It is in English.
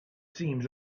seems